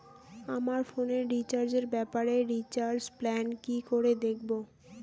আমার ফোনে রিচার্জ এর ব্যাপারে রিচার্জ প্ল্যান কি করে দেখবো?